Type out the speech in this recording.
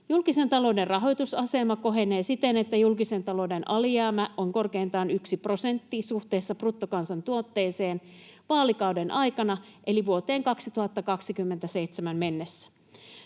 Julkisen talouden rahoitusasema kohenee siten, että julkisen talouden alijäämä on korkeintaan yksi prosentti suhteessa bruttokansantuotteeseen vaalikauden aikana eli vuoteen 2027 mennessä.